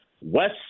West